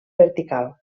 vertical